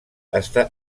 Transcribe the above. està